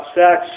sex